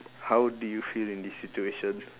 how do you feel in this situation